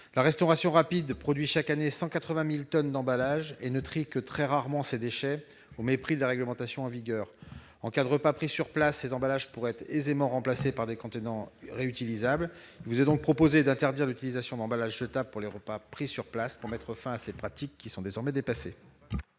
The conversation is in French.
la restauration rapide produit chaque année 180 000 tonnes d'emballages et ne trie que très rarement ses déchets, au mépris de la réglementation en vigueur. Lorsqu'un repas est pris sur place, les emballages pourraient aisément être remplacés par des contenants réutilisables. Il vous est donc proposé d'interdire l'utilisation d'emballages jetables pour les repas pris sur place, afin de mettre fin à des pratiques qui sont désormais dépassées.